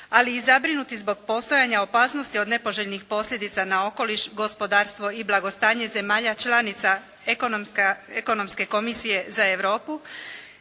ali i zabrinuti zbog postojanja opasnosti od nepoželjnih posljedica na okoliš gospodarstvo i blagostanje zemalja članica Ekonomske komisije za Europu.